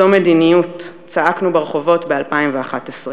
זו מדיניות" צעקנו ברחובות ב-2011.